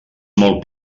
molt